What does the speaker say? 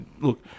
look